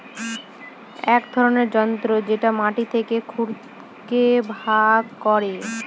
এক ধরনের যন্ত্র যেটা মাটি থেকে খড়কে ভাগ করে